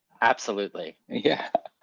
absolutely. yeah.